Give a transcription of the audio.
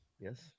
Yes